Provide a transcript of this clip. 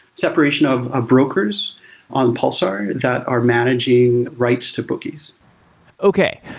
separation of ah brokers on pulsar that are managing writes to bookies okay.